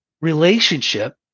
relationship